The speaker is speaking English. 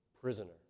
prisoner